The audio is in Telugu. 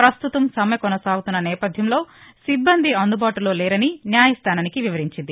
ప్రస్తుతం సమ్మె కొనసాగుతున్న నేపథ్యంలో సిబ్బంది అందుబాటులోలేరని న్యాయస్థానానికి వివరించింది